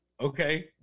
okay